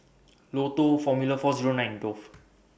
Lotto Formula four Zero nine and Dove